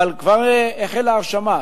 כבר החלה ההרשמה,